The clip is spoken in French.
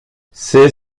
c’est